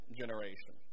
generation